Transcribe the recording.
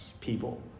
people